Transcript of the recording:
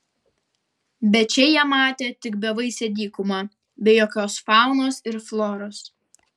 bet čia jie matė tik bevaisę dykumą be jokios faunos ir floros